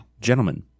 Gentlemen